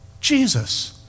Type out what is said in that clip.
jesus